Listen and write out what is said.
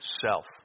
self